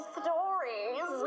stories